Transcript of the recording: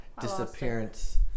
Disappearance